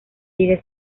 sigue